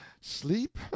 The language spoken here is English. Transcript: sleep